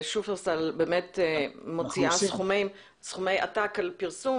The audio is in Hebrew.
ושופרסל באמת מוציאה סכומי עתק על פרסום,